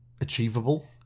achievable